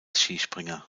skispringer